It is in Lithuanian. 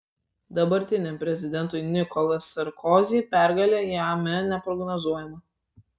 dabartiniam prezidentui nicolas sarkozy pergalė jame neprognozuojama